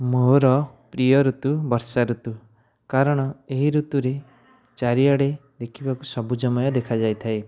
ମୋର ପ୍ରିୟ ଋତୁ ବର୍ଷା ଋତୁ କାରଣ ଏହି ଋତୁରେ ଚାରିଆଡ଼େ ଦେଖିବାକୁ ସବୁଜମୟ ଦେଖାଯାଇଥାଏ